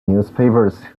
newspapers